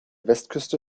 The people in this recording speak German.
westküste